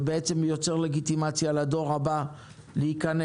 ובעצם יוצר לגיטימציה לדור הבא להיכנס.